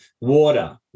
water